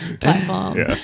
platform